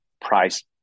price